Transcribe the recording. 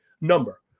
number